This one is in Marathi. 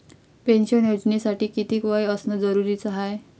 पेन्शन योजनेसाठी कितीक वय असनं जरुरीच हाय?